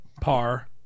par